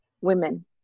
women